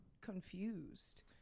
confused